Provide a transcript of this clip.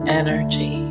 energy